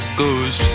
goes